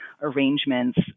arrangements